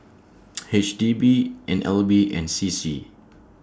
H D B N L B and C C